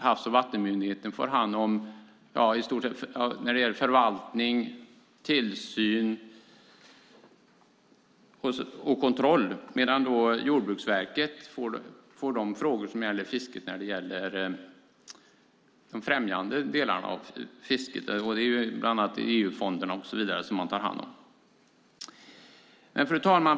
Havs och vattenmyndigheten får hand om förvaltning, tillsyn och kontroll medan Jordbruksverket får de frågor som gäller de främjande delarna av fisket och tar hand om bland annat EU-fonderna. Fru talman!